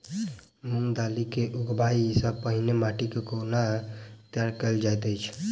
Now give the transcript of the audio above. मूंग दालि केँ उगबाई सँ पहिने माटि केँ कोना तैयार कैल जाइत अछि?